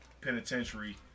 penitentiary